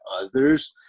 others